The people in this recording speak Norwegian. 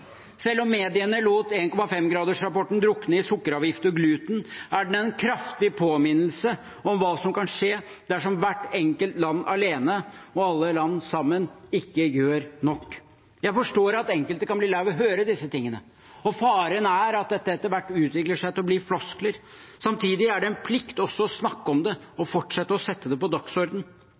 Selv om mediene lot 1,5-gradersrapporten drukne i sukkeravgift og gluten, er den en kraftig påminnelse om hva som kan skje dersom hvert enkelt land alene og alle land sammen ikke gjør nok. Jeg forstår at enkelte kan bli lei av å høre disse tingene, og faren er at dette etter hvert utvikler seg til å bli floskler. Samtidig er det en plikt også å snakke om det og fortsette å sette det på